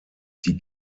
die